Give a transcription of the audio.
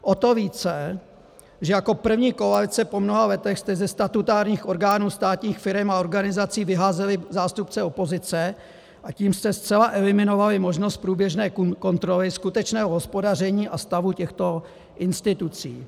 O to více, že jako první koalice po mnoha letech jste ze statutárních orgánů státních firem a organizací vyházeli zástupce opozice, a tím jste zcela eliminovali možnost průběžné kontroly skutečného hospodaření a stavu těchto institucí.